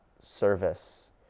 service